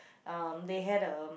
um they had um